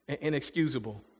inexcusable